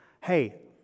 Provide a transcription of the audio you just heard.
hey